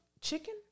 chicken